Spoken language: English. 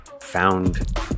found